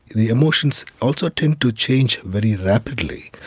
the emotions also tend to change very rapidly.